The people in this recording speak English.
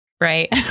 Right